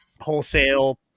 wholesale